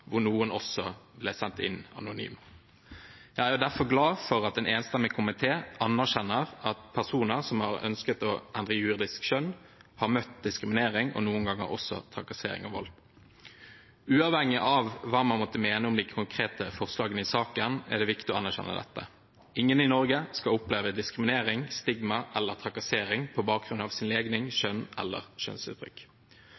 hvor noen også ble sendt inn anonymt. Jeg er derfor glad for at en enstemmig komité anerkjenner at personer som har ønsket å endre juridisk kjønn, har møtt diskriminering og noen ganger også trakassering og vold. Uavhengig av hva man måtte mene om de konkrete forslagene i saken, er det viktig å anerkjenne dette. Ingen i Norge skal oppleve diskriminering, stigma eller trakassering på bakgrunn av sin legning,